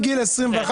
21,